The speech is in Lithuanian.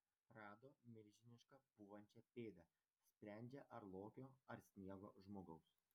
rado milžinišką pūvančią pėdą sprendžia ar lokio ar sniego žmogaus